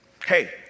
Hey